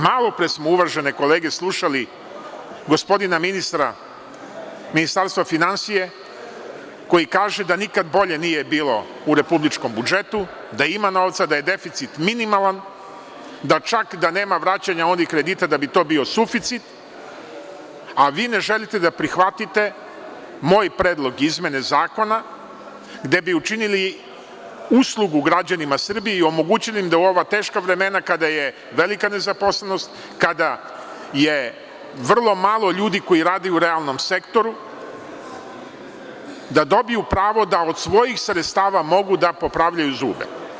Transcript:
Malopre smo, uvažene kolege, slušali gospodina ministra iz Ministarstva finansija, koji kaže da nikada bolje nije bilo u republičkom budžetu, da ima novca, da je deficit minimalan, da čak da nema vraćanja onih kredita da bi to bio suficit, a vi ne želite da prihvatite moj predlog izmene zakona gde bi učinili uslugu građanima Srbije i omogućili im da u ovom teška vremena kada je velika nezaposlenost, kada je vrlo malo ljudi koji rade u realnom sektoru, da dobiju pravo da od svojih sredstava mogu da popravljaju zube.